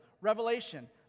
revelation